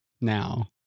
now